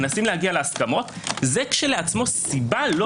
מנסים להגיע להסכמות זה כשעצמו סיבה לא